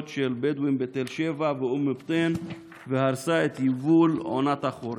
של בדואים בתל שבע ואום בטין והרסה את יבול עונת החורף.